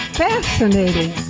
fascinating